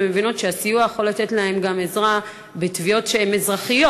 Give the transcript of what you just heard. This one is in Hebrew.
שמבינות שהסיוע יכול לתת להן עזרה גם בתביעות אזרחיות,